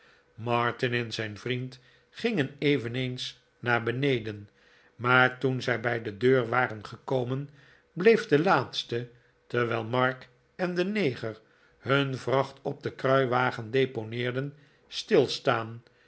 martin en zijn vriend gingen eveneens naar beneden maar toen zij bij de deur waren gekomen bleef de laatste terwijl mark en de neger hun vracht op den kruiwagen deponeerden stilstaan